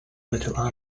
little